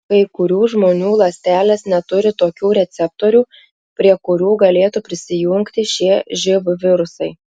kai kurių žmonių ląstelės neturi tokių receptorių prie kurių galėtų prisijungti šie živ virusai